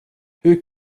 hur